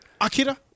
Akira